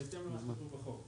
בהתאם למה שכתוב בחוק.